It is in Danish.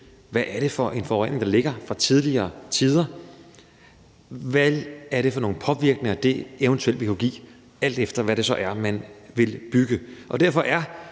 hvad det er for en forurening, der ligger fra tidligere tider, og hvad det er for nogle påvirkninger, det eventuelt vil kunne give, alt efter hvad det så er, man vil bygge. Derfor er